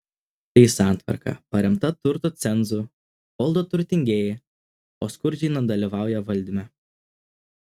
tai santvarka paremta turto cenzu valdo turtingieji o skurdžiai nedalyvauja valdyme